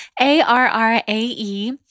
A-R-R-A-E